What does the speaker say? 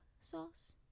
sauce